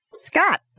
Scott